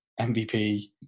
MVP